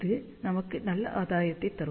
இது நமக்கு நல்ல ஆதாயத்தை தரும்